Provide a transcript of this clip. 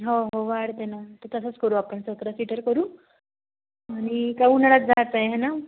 हो हो वाढते नं तर तसंच करू आपण सतरा सीटर करू आणि का उन्हाळ्यात जायचं आहे हे न